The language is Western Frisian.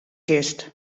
kinst